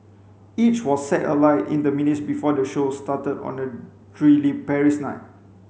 each was set alight in the minutes before the show started on a drily Paris night